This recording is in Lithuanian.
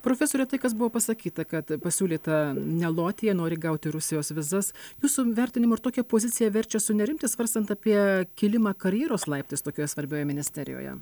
profesore tai kas buvo pasakyta kad pasiūlyta neloti jei nori gauti rusijos vizas jūsų vertinimu ar tokia pozicija verčia sunerimti svarstant apie kilimą karjeros laiptais tokioje svarbioje ministerijoje